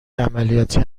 عملیاتی